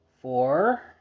four